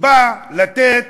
שבא לתת